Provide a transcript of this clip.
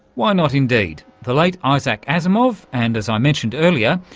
why not indeed. the late isaac asimov and, as i mentioned earlier,